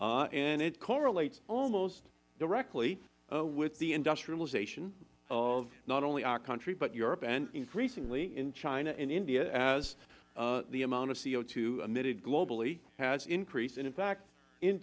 and it correlates almost directly with the industrialization of not only our country but europe and increasingly in china and india as the amount of co emitted globally has increased and in fact in